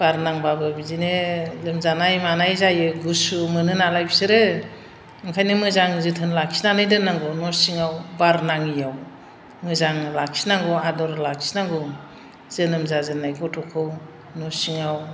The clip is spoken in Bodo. बार नांबाबो बिदिनो लोमजानाय मानाय जायो गुसु मोनो नालाय बिसोरो ओंखायनो मोजां जोथोन लाखिनानै दोननांगौ न' सिङाव बार नाङियाव मोजां लाखिनांगौ आदर लाखिनांगौ जोनोम जाजेननाय गथ'खौ न' सिङाव